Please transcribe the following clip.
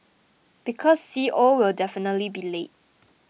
because C O will definitely be late